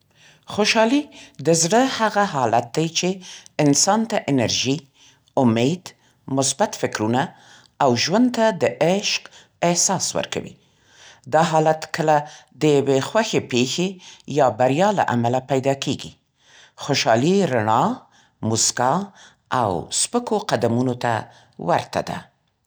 خوشحالي د زړه هغه حالت دی چې انسان ته انرژي، امید، مثبت فکرونه، او ژوند ته د عشق احساس ورکوي. دا حالت کله د یوې خوښې پېښې یا بریا له امله پیدا کېږي. خوشحالي رڼا، موسکا او سپکو قدمونو ته ورته ده.